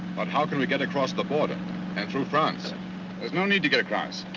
but how can we get across the border and through france? there's no need to get across.